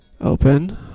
open